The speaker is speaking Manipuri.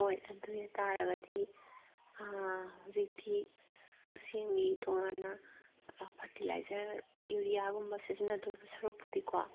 ꯍꯣꯏ ꯑꯗꯨ ꯑꯣꯏ ꯇꯥꯔꯒꯗꯤ ꯍꯧꯖꯤꯛꯇꯤ ꯈꯨꯠꯁꯦꯝꯒꯤ ꯇꯣꯉꯥꯟꯅ ꯐꯔꯇꯤꯂꯥꯏꯖꯔ ꯌꯨꯔꯤꯌꯥꯒꯨꯝꯕ ꯁꯤꯖꯤꯟꯅꯗꯣꯏ ꯁꯔꯨꯛꯄꯨꯗꯤꯀꯣ